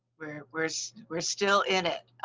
we're so we're still in it.